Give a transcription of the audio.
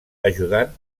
ajudant